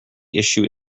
issue